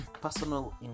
personal